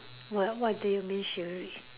what what do you mean chivalry